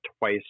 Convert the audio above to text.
twice